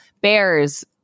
bears